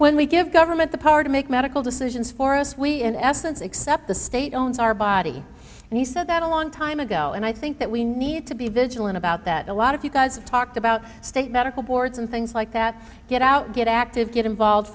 when we give government the power to make medical decisions for us we in essence accept the state owns our body and he said that a long time ago and i think that we need to be vigilant about that a lot of you guys talked about state medical boards and things like that get out get active get involved